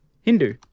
Hindu